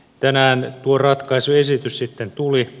tänään tuo ratkaisuesitys sitten tuli